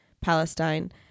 palestine